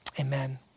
amen